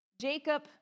Jacob